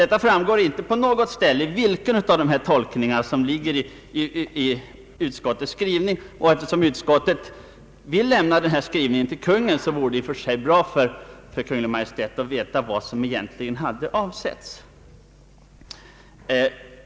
Det framgår inte klart av utskottets skrivning till vilken av dessa tolkningar som utskottet ansluter sig. Eftersom utskottet vill överlämna sin skrivning till Kungl. Maj:t, skulle det ju vara av värde för Kungl. Maj:t att veta vad som egentligen avsetts.